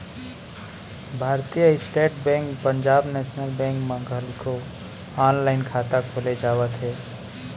भारतीय state bank Punjab national bank म घलोक ऑनलाईन खाता खोले जावत हवय